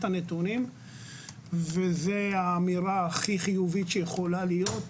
הנתונים וןזה האמירה הכי חיובית שיכולה להיות,